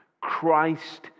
Christ